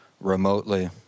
remotely